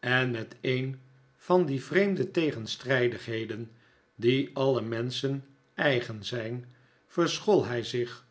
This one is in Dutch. en met een van die vreemde tegenstrijdigheden die alle menschen eigen zijn verschool hij zich